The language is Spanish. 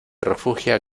refugia